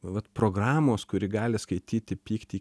vat programos kuri gali skaityti pyktį